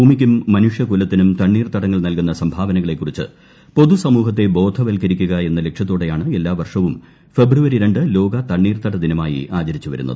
ഭൂമിയ്ക്കും മനുഷ്യകുലത്തിനും തണ്ണീർത്തടങ്ങൾ നൽകുന്ന സംഭാവനകളെക്കുറിച്ച് പൊതുസമൂഹത്തെ എന്ന ലക്ഷ്യത്തോടെയാണ് എല്ലാ വർഷവും ഫെബ്രുവരി രണ്ട് ലോക തണ്ണീർത്തട ദിനമായി ആചരിച്ചുവരുന്നത്